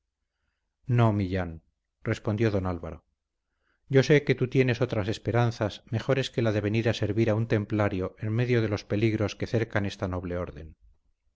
no millán respondió don álvaro yo sé que tú tienes otras esperanzas mejores que la de venir a servir a un templario en medio de los peligros que cercan esta noble orden